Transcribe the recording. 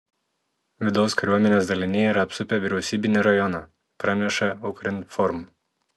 vidaus kariuomenės daliniai yra apsupę vyriausybinį rajoną praneša ukrinform